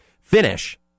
finish